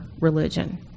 religion